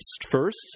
first